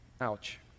Ouch